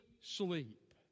sleep